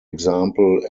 example